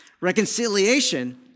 Reconciliation